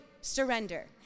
surrender